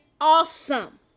awesome